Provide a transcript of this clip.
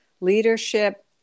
leadership